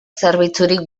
zerbitzurik